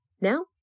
now